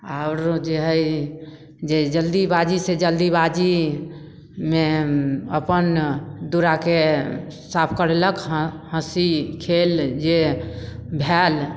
आओर जे हइ जे जल्दीबाजीसे जल्दीबाजीमे अपन दुअराके साफ करेलक हँ हँसी खेल जे भेल